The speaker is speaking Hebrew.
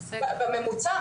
בממוצע,